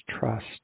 trust